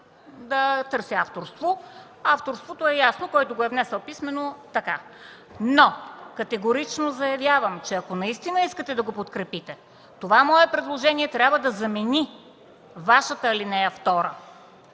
да търся авторство – авторството е ясно, който го е внесъл писмено. Категорично заявявам, че ако наистина искате да го подкрепите, моето предложение трябва да замени Вашата ал. 2, а